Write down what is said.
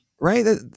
Right